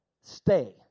stay